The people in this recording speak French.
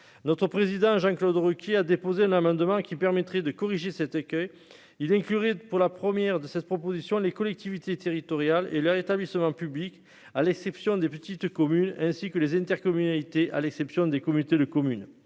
notre président Jean-Claude Ruquier a déposé l'amendement qui permettrait de corriger cet écueil, il est curé de pour la première de cette proposition, les collectivités territoriales et la établissements publics, à l'exception des petites communes, ainsi que les intercommunalités, à l'exception des comités de communes,